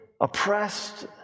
oppressed